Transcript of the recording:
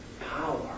power